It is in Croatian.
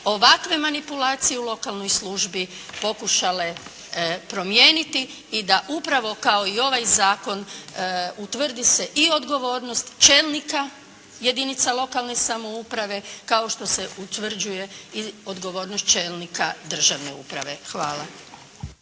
ovakve manipulacije u lokalnoj službi pokušale promijeniti i da upravo kao i ovaj zakon utvrdi se i odgovornost čelnika jedinica lokalne samouprave kao što se utvrđuje i odgovornost čelnika državne uprave. Hvala.